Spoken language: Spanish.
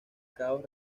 caos